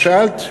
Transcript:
מה שאלת?